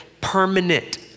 permanent